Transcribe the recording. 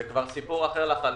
זה סיפור אחר לחלוטין.